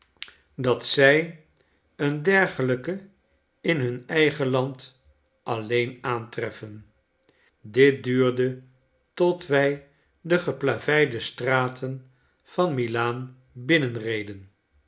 dat zij een dergelijken in hun eigen land alleenaantreffen dit duurde tot wij de geplaveide straten van